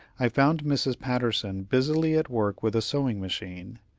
i found mrs. patterson busily at work with a sewing-machine.